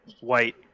white